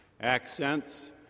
accents